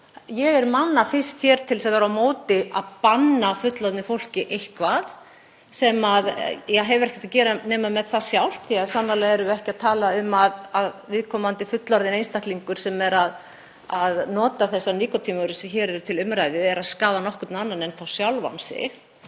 ég er manna fyrst til þess að vera á móti því að banna fullorðnu fólki eitthvað sem hefur ekkert að gera nema með það sjálft, því sannarlega erum við ekki að tala um að viðkomandi fullorðinn einstaklingur sem notar þær nikótínvörur sem eru til umræðu sé að skaða nokkurn annan en sjálfan sig,